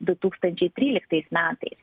du tūkstančiai tryliktais